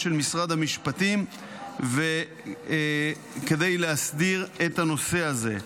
של משרד המשפטים כדי להסדיר את הנושא הזה.